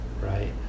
Right